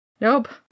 Nope